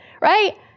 right